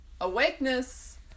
awakeness